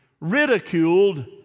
ridiculed